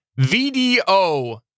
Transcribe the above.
VDO